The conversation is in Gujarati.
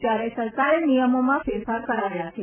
ત્યારે સરકારે નિયમોમાં ફેરફાર કરાવ્યા છે